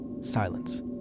Silence